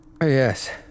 Yes